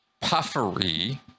puffery